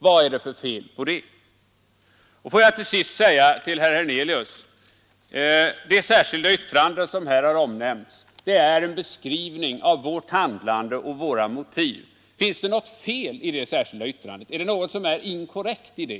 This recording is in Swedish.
Vad är det för fel på det? Får jag till sist säga till herr Hernelius, att det särskilda yttrande som har omnämnts är en beskrivning av vårt handlande och våra motiv. Finns det något fel i det särskilda yttrandet? Är det någonting som är inkorrekt i det?